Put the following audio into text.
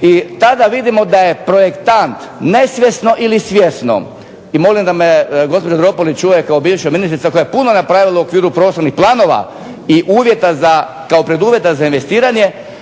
i tada vidimo da je projektant nesvjesno ili svjesno, i molim da me gospođa Dropulić čuje kao bivša ministrica koja je puno napravila u okviru prostornih planova i uvjeta za, kao i preduvjeta za investiranje,